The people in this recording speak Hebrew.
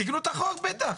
תיקנו את החוק, בטח.